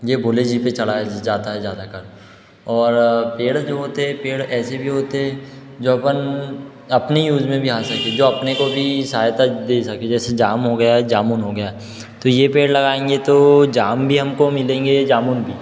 ये भोले जी पे चलाया जाता है ज़्यादातर और पेड़ जो होते हे पेड़ ऐसे भी होते हैं जो अपन अपनी यूज में भी आ सकते जो अपने को भी सहायता दे सके जैसे जाम हो गया जामुन हो गया तो ये पेड़ लगाएंगे तो जाम भी हमको मिलेंगे जामुन भी